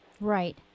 Right